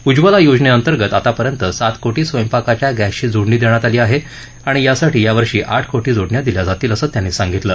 उज्ज्वला योजनेअंतर्गत आतापर्यंत सात कोटी स्वयंपाकाच्या गॅसची जोडणी देण्यात आली आहे आणि यावर्षी आठ कोटी जोडण्या दिल्या जातील असं त्यांनी सांगितलं